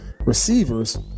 receivers –